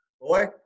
boy